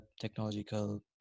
technological